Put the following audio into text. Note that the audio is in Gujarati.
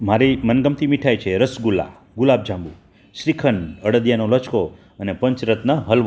મારી મનગમતી મીઠાઈ છે રસગુલ્લા ગુલાબજાંબુ શ્રીખંડ અડદિયાનો લચકો અને પંચરત્ન હલવો